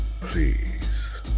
Please